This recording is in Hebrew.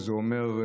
שזה אומר,